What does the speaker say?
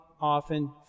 often